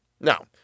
Now